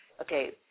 okay